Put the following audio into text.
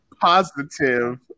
positive